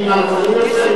הוא יוצא.